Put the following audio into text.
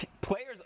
players